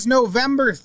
November